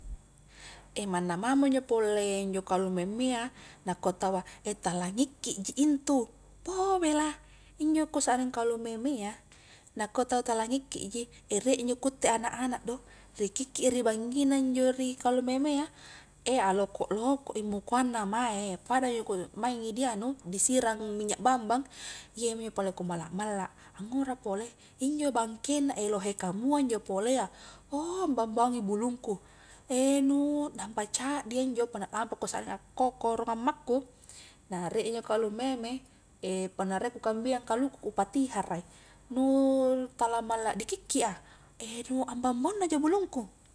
manna mamo injo pole injo kalumemmea nakua taua tala ngikki ji intu bou bela injo kusakring kalumemmea nakua taua tala ngikki ji riek injo ku utte anak-anak do ri kikki i ri bangngina injo ri kalumemea aloko-loko i mukoang na mae pada maingi di anu disirang minyak bambang iyaminjo pole ku malla-malla angura pole injo bangkeng na lohe kamua injo pole ouh ambaung-baungi bulungku nampa caddi a injo punna lampa ku sakring akkoko rung ammaku na riek injo kalumeme punna riek ku kambiang kaluku ku patihara i nu tala malla di kikki a nu ambaung-baung na ja bulungku